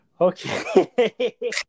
Okay